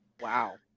Wow